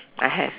I have